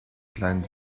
kleinen